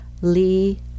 Lee